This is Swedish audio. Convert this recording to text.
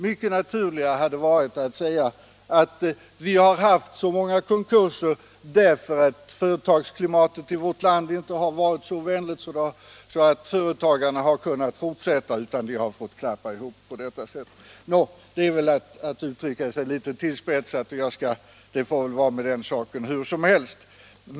Mycket naturligare hade varit att säga att vi haft så många konkurser därför att företagsklimatet i vårt land inte varit så vänligt att företagarna kunnat fortsätta sin verksamhet utan de har fått slå igen på detta sätt. Nå, det är väl att uttrycka sig litet tillspetsat, det får vara med den saken hur som helst.